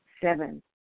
Seven